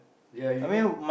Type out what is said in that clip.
ya you know